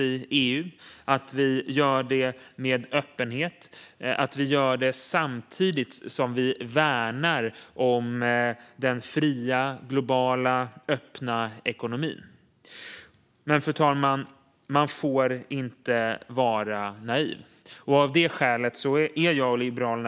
Vi behöver göra det tillsammans i EU, med öppenhet och samtidigt som vi värnar den fria, globala, öppna ekonomin. Kompletterande bestämmelser till EU:s förordning om utländska direkt-investeringar Fru talman! Man får dock inte vara naiv.